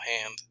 hand